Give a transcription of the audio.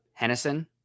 Hennison